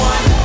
One